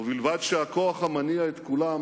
ובלבד שהכוח המניע את כולם